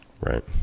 Right